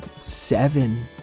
seven